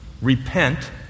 repent